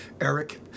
Eric